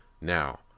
Now